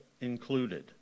included